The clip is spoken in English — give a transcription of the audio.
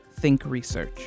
thinkresearch